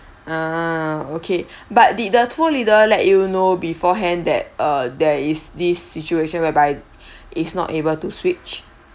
ah okay but the the tour leader let you know beforehand that uh there is this situation whereby it's not able to switch